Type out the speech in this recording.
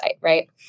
right